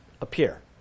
appear